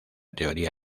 teoría